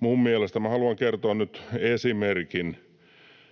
minun mielestäni? Minä haluan kertoa nyt esimerkin.